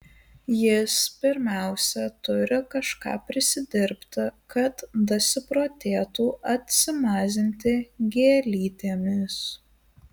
jis pirmiausia turi kažką prisidirbti kad dasiprotėtų atsimazinti gėlytėmis